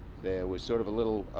there was sort of a little,